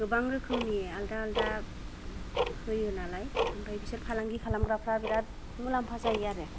गोबां रोखोमनि आलदा आलदा होयोनालाय ओमफ्राय बिसोर फालांगि खालामग्राफोरा बिराथ मुलाम्फा जायो आरो